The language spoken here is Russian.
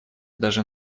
даже